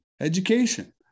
Education